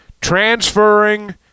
transferring